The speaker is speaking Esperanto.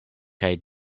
kaj